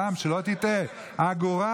רם, שלא תטעה, אגורה